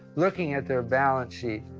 looking at their balance sheet,